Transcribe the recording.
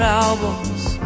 albums